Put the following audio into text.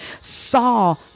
saw